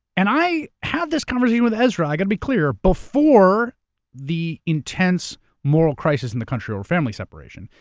and i had this conversation with ezra, i gotta be clear, before the intense moral crisis in the country over family separation,